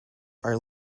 are